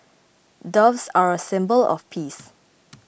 doves are a symbol of peace